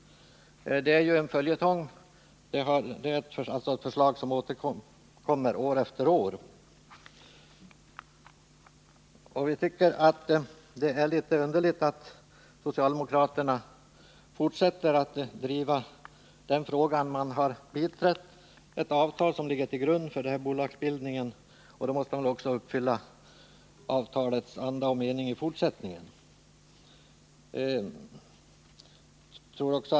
Det är en följetong, ett förslag som återkommer år efter år. Vi tycker det är litet underligt att socialdemokraterna fortsätter att driva den frågan. Man har biträtt det avtal som ligger till grund för bolagsbildningen, och då måste man väl också uppfylla avtalets anda och mening i fortsättningen.